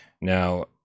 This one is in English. now